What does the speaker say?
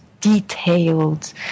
detailed